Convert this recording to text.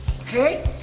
Okay